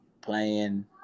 playing